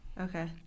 Okay